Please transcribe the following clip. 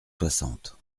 soixante